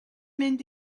mynd